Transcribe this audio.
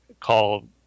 call